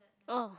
oh